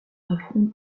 affronte